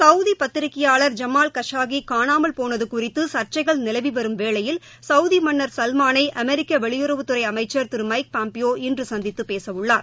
Saudi பத்திரிகையாளர் Jamal Khashoggi காணாமல் போனது குறித்து சர்ச்சைகள் நிலவி வரும் வேளையில் சவுதி மன்னா் சல்மாளை அமெரிக்க வெளியுறவுத்துறை அமைச்சா் திரு மைக் பாம்பியோ இன்று சந்தித்து பேசவுள்ளார்